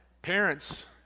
Parents